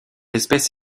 espèce